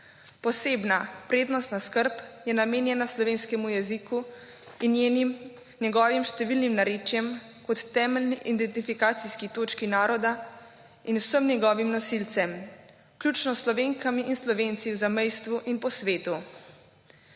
Posebna prednostna skrb je namenjena slovenskemu jeziku in njegovim številnim narečjem kot temeljni identifikacijski točki naroda in vsem njegovim nosilcem vključno s Slovenkami in Slovenci v zamejstvu in po svetu.